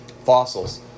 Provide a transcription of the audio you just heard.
Fossils